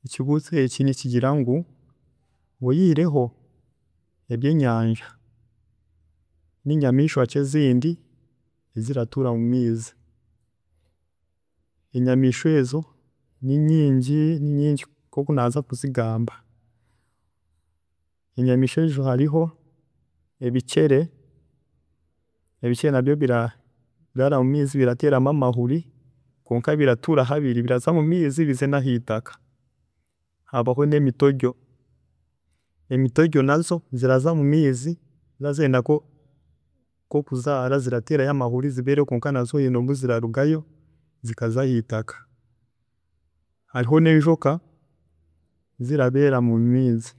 ﻿Ekibuuzo eki nikigira ngu oyihireho ebyenyanja, ninyamiishwa ki ezindi eziratuuta mumaizi? Enyamiishwa ezo ninyingi, ninyingi nkoku naaza kuzigamba, enyamiishwa ezo hariho ebicere, ebicere nabyo biraraara mumaizi birateeramu amahuri kwonka biratuura habiri, biraza omumaizi bize nahiitaka. Haabaho nemitoryo, emitoryo nazo ziraza omumaizi zaaba zirenda nkokuzaara, zirateerayo amahuri kwonka nazo hiine obu zirarugayo zikaza aheitaka. Hariho n'enjoka zirabeera mumaizi,